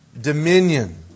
dominion